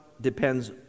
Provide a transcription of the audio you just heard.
depends